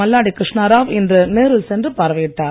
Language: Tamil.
மல்லாடி கிருஷ்ணராவ் இன்று நேரில் சென்று பார்வையிட்டார்